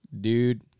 Dude